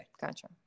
gotcha